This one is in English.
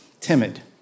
timid